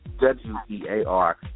W-E-A-R